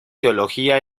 teología